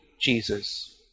Jesus